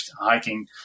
hiking